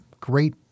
great